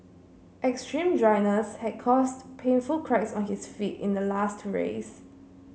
extreme dryness had caused painful cracks on his feet in the last race